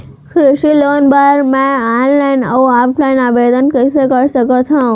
कृषि लोन बर मैं ऑनलाइन अऊ ऑफलाइन आवेदन कइसे कर सकथव?